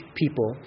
people